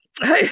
hey